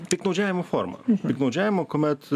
piktnaudžiavimo forma piktnaudžiavimo kuomet